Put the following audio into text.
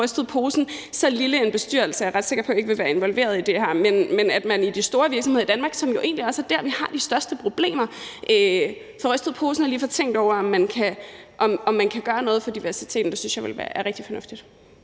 man får rystet posen. Så lille en bestyrelse er jeg ret sikker på ikke vil være involveret i det her, men at man i de store virksomheder i Danmark, som jo egentlig også er der, hvor vi har de største problemer, får rystet posen og lige får tænkt over, om man kan gøre noget for diversiteten, synes jeg er rigtig fornuftigt.